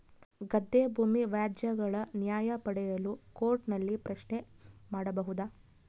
ಗದ್ದೆ ಭೂಮಿ ವ್ಯಾಜ್ಯಗಳ ನ್ಯಾಯ ಪಡೆಯಲು ಕೋರ್ಟ್ ನಲ್ಲಿ ಪ್ರಶ್ನೆ ಮಾಡಬಹುದಾ?